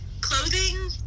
clothing